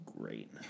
great